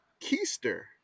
Keister